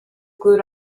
glued